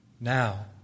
now